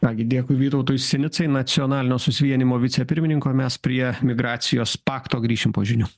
nagi dėkui vytautui sinicai nacionalinio susivienijimo vicepirmininkui o mes prie migracijos pakto grįšim po žinių